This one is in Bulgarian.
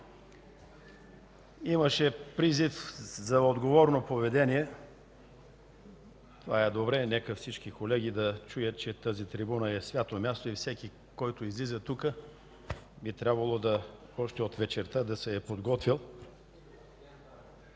имаше призив за отговорно поведение. Това е добре. Нека всички колеги да чуят, че тази трибуна е свято място и всеки, който излиза тук, би трябвало още от вечерта да се е подготвил.